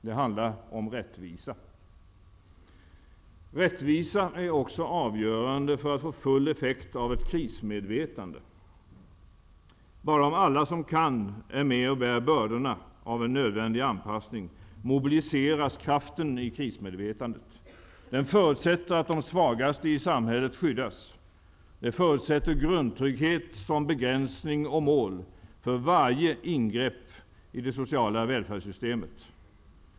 Det handlar om rättvisa. Rättvisa är också avgörande för att få full effekt av ett krismedvetande. Bara om alla som kan är med och bär bördorna av en nödvändig anpassning mobiliseras kraften i krismedvetandet. Det förutsätter att de svagaste i samhället skyddas. Det förutsätter grundtrygghet som begränsning och mål för varje ingrepp i det sociala välfärdssystemet.